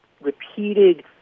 repeated